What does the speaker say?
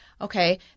Okay